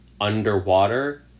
underwater